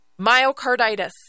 myocarditis